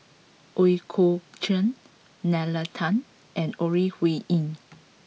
Ooi Kok Chuen Nalla Tan and Ore Huiying